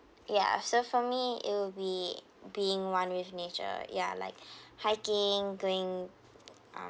ya so for me it will be being one with nature ya like hiking going um